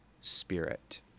Spirit